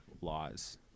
laws